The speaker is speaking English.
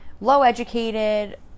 low-educated